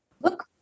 Look